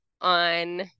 on